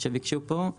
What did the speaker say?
שביקשו פה.